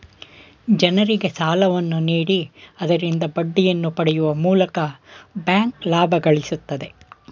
ಜನರಿಗೆ ಸಾಲವನ್ನು ನೀಡಿ ಆದರಿಂದ ಬಡ್ಡಿಯನ್ನು ಪಡೆಯುವ ಮೂಲಕ ಬ್ಯಾಂಕ್ ಲಾಭ ಗಳಿಸುತ್ತದೆ